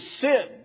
sin